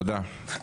תודה.